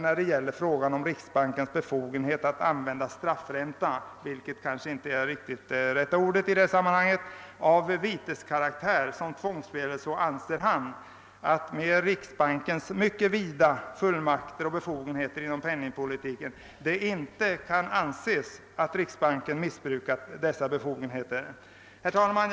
När det gäller frågan om riksbankens befogenhet att använda straffränta — vilket kanske inte är det rätta ordet i detta sammanhang — av viteskaraktär som tvångsmedel anser utredningsmannen, att det inte med riksbankens mycket vida fullmakter och befogenheter inom penningpolitiken kan anses att riksbanken missbrukat sina befogenheter. Herr talman!